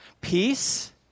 Peace